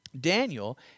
Daniel